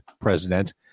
president